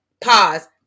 Pause